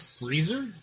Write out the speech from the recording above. freezer